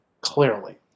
clearly